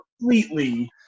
Completely